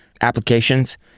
applications